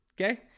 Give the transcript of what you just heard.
Okay